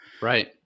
Right